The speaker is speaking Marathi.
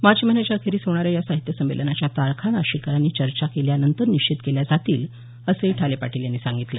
मार्च महिन्याच्या अखेरीस होणाऱ्या या साहित्य संमेलनाच्या तारखा नाशिककरांशी चर्चा झाल्यानंतर निश्चित केल्या जातील असंही ठाले पाटील यांनी सांगितलं